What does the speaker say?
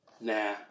nah